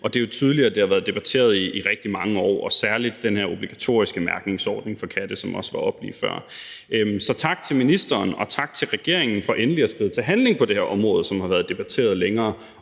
Det er jo tydeligt, at det har været debatteret i rigtig mange år – og særlig den her obligatoriske mærkningsordning for katte, som også var oppe lige før. Så tak til ministeren og tak til regeringen for endelig at skride til handling på det her område, som har været debatteret i længere